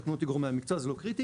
תקנו אותי גורמי המקצוע זה לא קריטי,